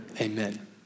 Amen